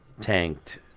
tanked